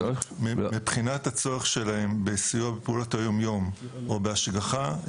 מבחינת הצורך שלהם בסיוע בפעולות היום יום או בהשגחה,